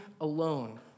alone